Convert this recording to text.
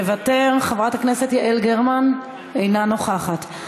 מוותר, חברת הכנסת יעל גרמן אינה נוכחת.